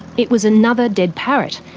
it was another dead parrot.